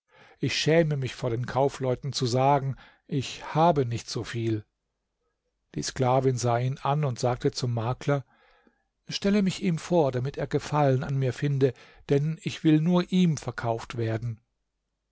ich schäme mich vor den kaufleuten zu sagen ich habe nicht so viel die sklavin sah ihn an und sagte zum makler stelle mich ihm vor damit er gefallen an mir finde denn ich will nur ihm verkauft werden